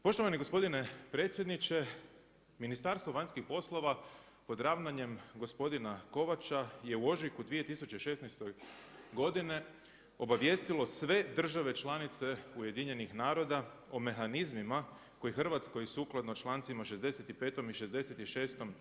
Poštovani gospodine predsjedniče, Ministarstvo vanjskih poslova pod ravnanjem gospodina Kovača je u ožujku 2016. godine obavijestilo sve države članice UN-a o mehanizmima koji Hrvatskoj sukladno člancima 65. i 66.